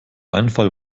einfall